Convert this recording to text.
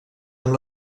amb